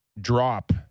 drop